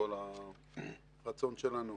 כל הרצון שלנו